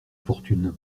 fortune